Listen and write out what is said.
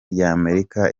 ry’amerika